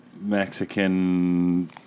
Mexican